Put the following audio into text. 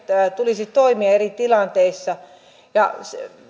tulisi toimia eri tilanteissa ja